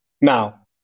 Now